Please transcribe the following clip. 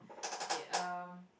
okay um